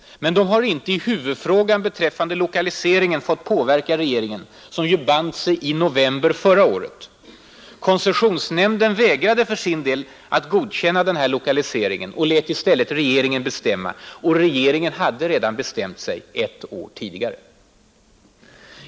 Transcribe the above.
Men de har inte i huvudfrågan beträffande lokaliseringen fått påverka regeringen, som ju band sig i november förra året. Koncessionsnämnden vägrade att för sin del godkänna den här lokaliseringen och lät i stället regeringen bestämma. Och regeringen hade redan bestämt sig — ett år tidigare.